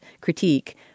critique—